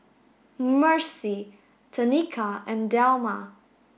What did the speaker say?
Mercy Tenika and Delmar